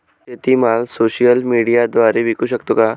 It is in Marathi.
शेतीमाल सोशल मीडियाद्वारे विकू शकतो का?